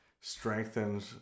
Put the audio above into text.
strengthened